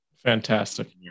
fantastic